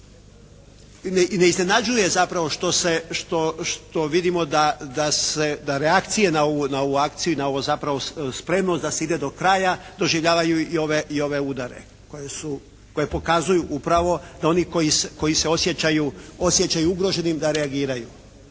i ne iznenađuje zapravo što se, što vidimo da se, da reakcije na ovu akciju i na ovu zapravo spremnost da se ide do kraja doživljavaju i ove udare koje pokazuju upravo da oni koji se osjećaju ugroženim da reagiraju.